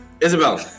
Isabel